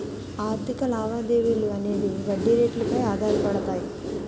ఆర్థిక లావాదేవీలు అనేవి వడ్డీ రేట్లు పై ఆధారపడతాయి